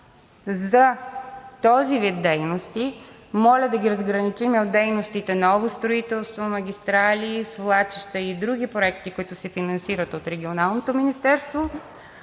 за този вид дейности – моля да ги разграничим от дейностите ново строителство, магистрали, свлачища и други проекти, които се финансират от Регионалното министерство.